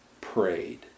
prayed